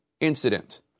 incident